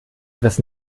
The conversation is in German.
etwas